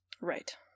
Right